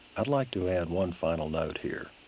i'd like to add one final note here.